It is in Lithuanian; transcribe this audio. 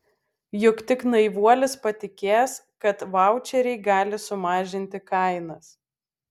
juk tik naivuolis patikės kad vaučeriai gali sumažinti kainas